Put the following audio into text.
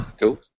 Cool